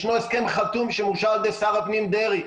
ישנו הסכם חתום שמאושר על ידי שר הפנים דרעי,